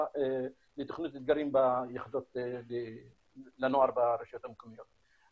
לתוכנית 'אתגרים' ליחידות הנוער ברשויות המקומיות.